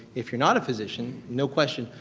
if you're not a physician no question,